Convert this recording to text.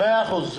מאה אחוז.